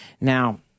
Now